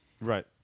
Right